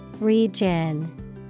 Region